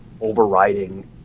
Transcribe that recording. overriding